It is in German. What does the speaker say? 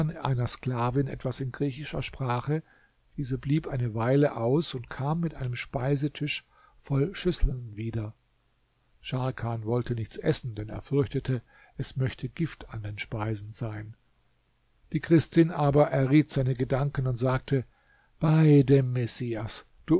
einer sklavin etwas in griechischer sprache diese blieb eine weile aus und kam mit einem speisetisch voll schüsseln wieder scharkan wollte nichts essen denn er fürchtete es möchte gift an den speisen sein die christin aber erriet seine gedanken und sagte bei dem messias